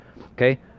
Okay